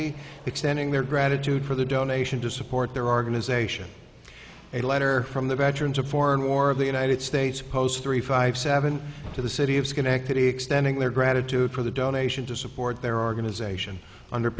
schenectady extending their gratitude for the donation to support their organization a letter from the veterans of foreign war of the united states pows three five seven to the city of schenectady extending their gratitude for the donation to support their organization under